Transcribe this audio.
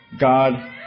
God